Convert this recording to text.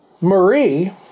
Marie